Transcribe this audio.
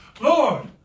Lord